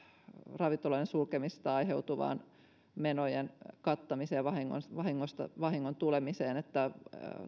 ravintoloiden sulkemisesta aiheutuvien menojen ja vahinkojen kattamiseen että